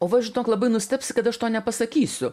o va žinok labai nustebsi kad aš to nepasakysiu